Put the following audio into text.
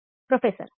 professor ಸರಿ